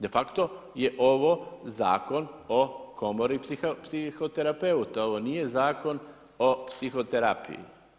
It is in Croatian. Defacto je ovo Zakon o komori psihoterapeuta, ovo nije zakon o psihoterapiji.